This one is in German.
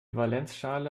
valenzschale